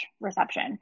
reception